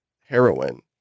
heroin